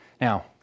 Now